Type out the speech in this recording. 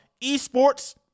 esports